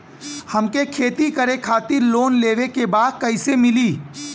हमके खेती करे खातिर लोन लेवे के बा कइसे मिली?